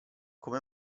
come